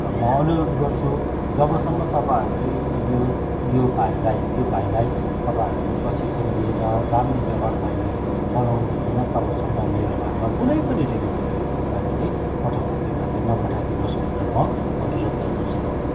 म अनुरोध गर्छु जबसम्म तपाईँहरूले यो यो भाइलाई त्यो भाइलाई तपाईँहरूले प्रशिक्षण दिएर राम्रो व्यवहार गर्ने बनाउनु हुँदैन तबसम्म मेरो घरमा कुनै पनि डेलिभरी उयो गर्दाखेरि पठाउँदा त्यो भाइलाई नपठाइदिनुहोस् भनेर म अनुरोध गर्दछु